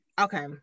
Okay